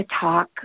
talk